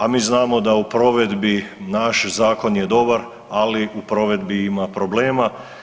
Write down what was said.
A mi znamo da u provedbi naš zakon je dobar, ali u provedbi ima problema.